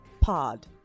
pod